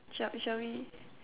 shall shall we